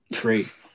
great